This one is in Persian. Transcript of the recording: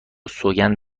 سوگند